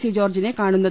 C ജോർജ്ജിനെ കാണുന്നത്